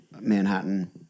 Manhattan